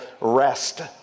rest